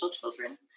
children